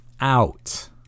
out